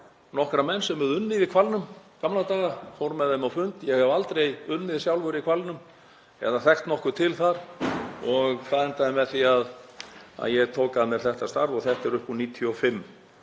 nokkra menn sem höfðu unnið í hvalnum gamla daga og fór með þeim á fund. Ég hef aldrei unnið sjálfur í hvalnum eða þekkt nokkuð til þar. Það endaði með því að ég tók að mér þetta starf, þetta er upp úr 1995,